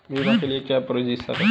बीमा के लिए क्या क्या प्रोसीजर है?